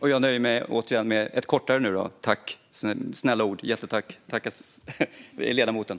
Herr talman! Jag nöjer med mig ett kortare men stort tack för snälla ord från ledamoten.